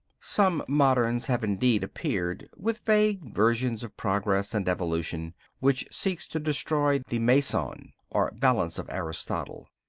some moderns have indeed appeared with vague versions of progress and evolution which seeks to destroy the meson or balance of aristotle.